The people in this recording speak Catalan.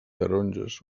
taronges